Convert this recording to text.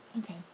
Okay